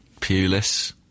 Pulis